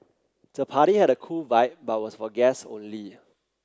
the party had a cool vibe but was for guest only